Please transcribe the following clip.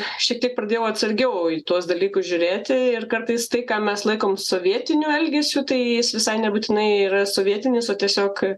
šiek tiek pradėjau atsargiau į tuos dalykus žiūrėti ir kartais tai ką mes laikom sovietiniu elgesiu tai jis visai nebūtinai yra sovietinis o tiesiog